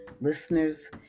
Listeners